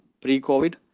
pre-COVID